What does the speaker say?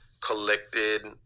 collected